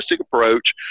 approach